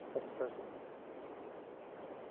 next person? do you want to take on